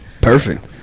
perfect